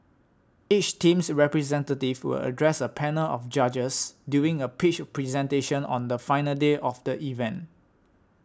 each team's representative will address a panel of judges during a pitch presentation on the final day of the event